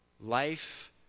Life